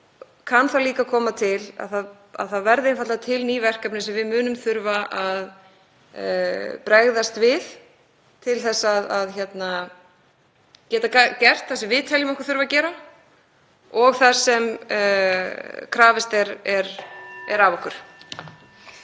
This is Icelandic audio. kann líka að koma til að það verði einfaldlega til ný verkefni sem við munum þurfa að bregðast við til að geta gert það sem við teljum okkur þurfa að gera og það sem krafist er af okkur.